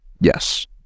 yes